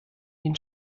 den